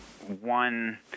One